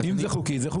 אם זה חוק, זה חוקי.